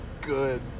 good